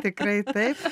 tikrai taip